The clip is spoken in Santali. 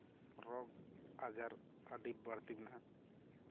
ᱨᱳᱜᱽ ᱟᱡᱟᱨ ᱟᱹᱰᱤ ᱵᱟᱹᱲᱛᱤ ᱢᱮᱱᱟᱜᱼᱟ